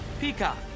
Peacock